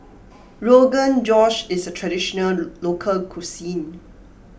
Rogan Josh is a traditional local cuisine